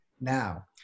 now